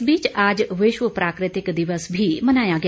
इस बीच आज विश्व प्राकृतिक दिवस भी मनाया गया